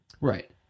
Right